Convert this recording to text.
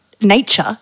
nature